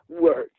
words